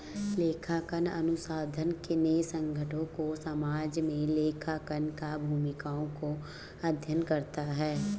लेखांकन अनुसंधान ने संगठनों और समाज में लेखांकन की भूमिकाओं का अध्ययन करता है